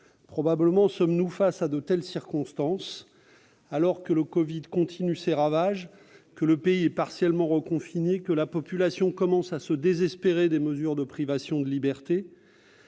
Probablement sommes-nous face à de telles circonstances. Alors que le covid-19 continue ses ravages, que le pays est partiellement reconfiné, que la population commence à se désespérer des mesures de privation de libertés,